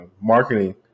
marketing